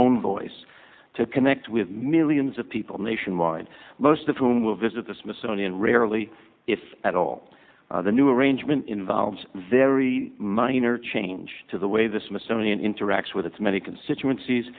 own voice to connect with millions of people nationwide most of whom will visit the smithsonian rarely if at all the new arrangement involves very minor change to the way the smithsonian interacts with its many constituencies